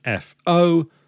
FO